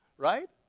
right